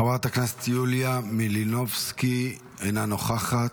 חברת הכנסת יוליה מלינובסקי, אינה נוכחת.